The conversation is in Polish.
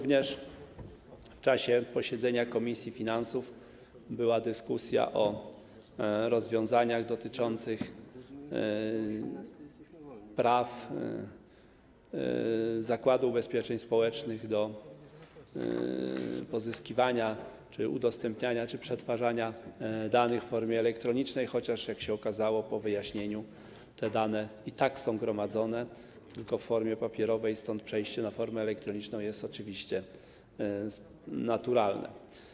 W czasie posiedzenia komisji finansów dyskutowano również o rozwiązaniach dotyczących praw Zakładu Ubezpieczeń Społecznych do pozyskiwania czy udostępniania, czy przetwarzania danych w formie elektronicznej, chociaż jak się okazało po wyjaśnieniu, te dane i tak są gromadzone, tyle że w formie papierowej, stąd przejście na formę elektroniczną jest oczywiście naturalne.